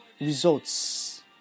results